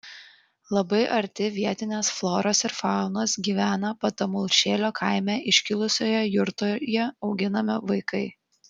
labai arti vietinės floros ir faunos gyvena patamulšėlio kaime iškilusioje jurtoje auginami vaikai